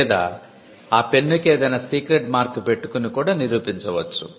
లేదా ఆ పెన్నుకి ఏదైనా సీక్రెట్ మార్క్ పెట్టుకుని కూడా నిరూపించవచ్చు